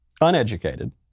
uneducated